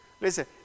Listen